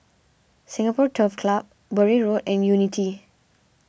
Singapore Turf Club Bury Road and Unity